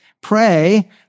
Pray